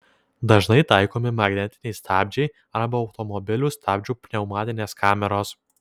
dažnai taikomi magnetiniai stabdžiai arba automobilių stabdžių pneumatinės kameros